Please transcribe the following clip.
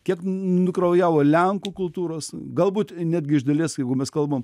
kiek nukraujavo lenkų kultūros galbūt netgi iš dalies jeigu mes kalbam